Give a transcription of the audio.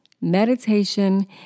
Meditation